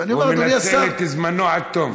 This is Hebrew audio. ואני אומר, אדוני השר, הוא מנצל את זמנו עד תום.